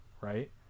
right